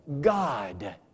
God